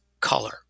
color